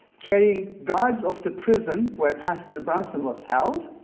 carrying guards of the prison where pastor brunson was held,